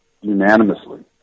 unanimously